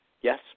Yes